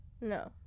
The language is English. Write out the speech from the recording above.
No